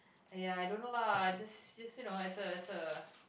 aiyah I don't know lah just just you know as a as a